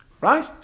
Right